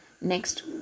Next